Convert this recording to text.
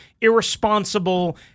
irresponsible